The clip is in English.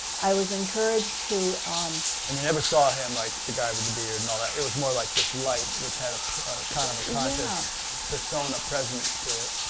i was encouraged to. rick um and you never saw him, like the guy with the beard and all that? it was more like this light which had a kind of conscious persona, presence to it,